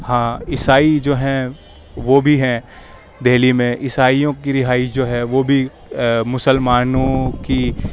ہاں عیسائی جو ہیں وہ بھی ہیں دہلی میں عیسائیوں کی رہائش جو ہے وہ بھی مسلمانوں کی